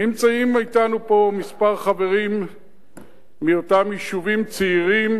נמצאים אתנו פה כמה חברים מאותם יישובים צעירים